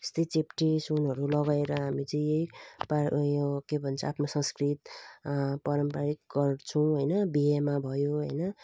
यस्तै चेप्टे सुनहरू लगाएर हामी चाहिँ यही पा उयो के भन्छ आफ्नो संस्कृति पारम्परिक गर्छु होइन बिहेमा भयो होइन